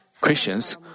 Christians